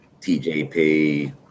TJP